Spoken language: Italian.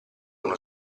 uno